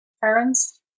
parents